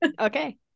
okay